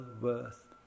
worth